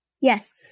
Yes